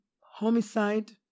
homicide